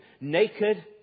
Naked